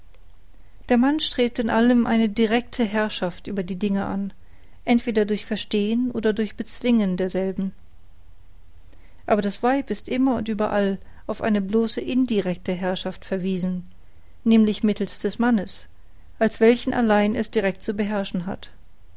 der mann strebt in allem eine direkte herrschaft über die dinge an entweder durch verstehen oder durch bezwingen derselben aber das weib ist immer und überall auf eine bloße indirekte herrschaft verwiesen nämlich mittels des mannes als welchen allein es direkt zu beherrschen hat